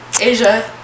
Asia